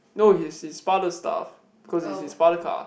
no his his father stuff cause it's his father car